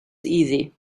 easy